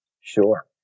Sure